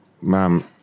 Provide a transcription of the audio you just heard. ma'am